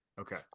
okay